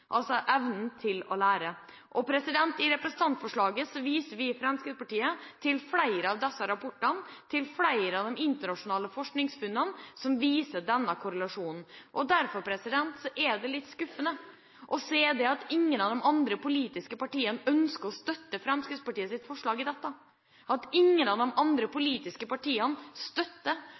altså evnen til å lære. I representantforslaget viser vi i Fremskrittspartiet til flere av disse rapportene, til flere av de internasjonale forskningsfunnene, som viser denne korrelasjonen. Derfor er det litt skuffende å se at ingen av de andre politiske partiene ønsker å støtte Fremskrittspartiets forslag, at ingen av de andre politiske partiene støtter